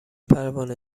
پروانه